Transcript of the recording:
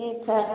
ठीक हइ